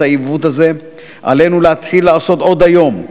העיוות הזה עלינו להתחיל לעשות עוד היום.